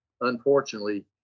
unfortunately